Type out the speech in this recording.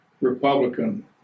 republican